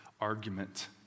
argument